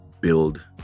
build